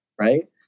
right